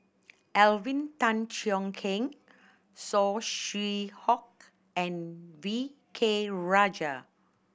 Alvin Tan Cheong Kheng Saw Swee Hock and V K Rajah